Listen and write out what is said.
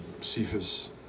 Cephas